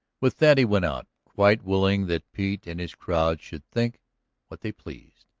with that he went out. quite willing that pete and his crowd should think what they pleased,